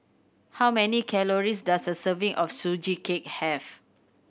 how many calories does a serving of Sugee Cake have